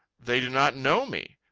they do not know me.